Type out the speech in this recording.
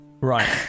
Right